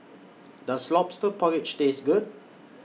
Does Lobster Porridge Taste Good